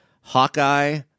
Hawkeye